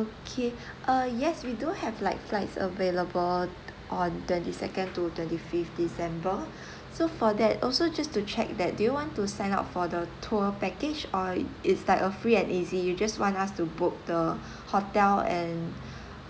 okay ah yes we do have like flights available on twenty second two twenty fifth december so for that also just to check that do you want to sign up for the tour package or is like a free and easy you just want us to book the hotel and